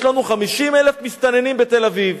יש לנו 50,000 מסתננים בתל-אביב,